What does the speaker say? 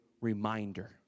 reminder